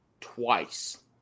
twice